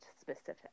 specific